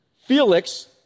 Felix